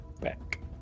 back